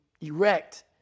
erect